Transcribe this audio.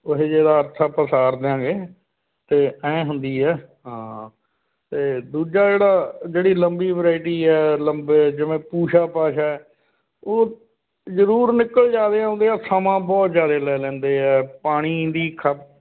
ਉਹ ਜਿਹੇ ਦਾ ਅਰਥ ਆਪਾਂ ਸਾਰ ਦਿਆਂਗੇ ਅਤੇ ਐਂ ਹੁੰਦੀ ਹੈ ਹਾਂ ਅਤੇ ਦੂਜਾ ਜਿਹੜਾ ਜਿਹੜੀ ਲੰਬੀ ਵਰਾਇਟੀ ਹੈ ਲੰਬੇ ਜਿਵੇਂ ਪੂਸਾ ਪਾਸ਼ਾ ਉਹ ਜ਼ਰੂਰ ਨਿਕਲ ਜਾਵੇ ਆਉਂਦਿਆਂ ਸਮਾਂ ਬਹੁਤ ਜ਼ਿਆਦਾ ਲੈ ਲੈਂਦੇ ਹੈ ਪਾਣੀ ਦੀ ਖਪਤ